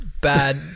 bad